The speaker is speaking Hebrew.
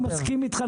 אני מסכים אתך,